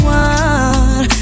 one